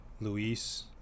Luis